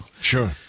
Sure